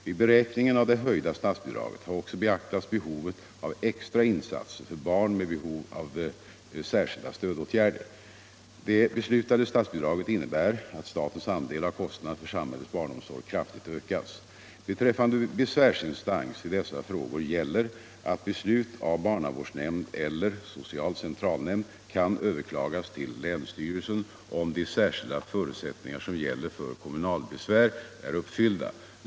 Vid beräkningen av det höjda stats bidraget har också beaktats behovet av extra insatser för barn med behov av särskilda stödåtgärder. Det beslutade statsbidraget innebär att statens andel av kostnaderna för samhällets barnomsorg kraftigt ökas. Beträffande besvärsinstans i dessa frågor gäller att beslut av barnavårdsnämnd eller social centralnämnd kan överklagas till länsstyrelsen om de särskilda förutsättningar som gäller för kommunalbesvär är uppfyllda.